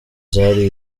zari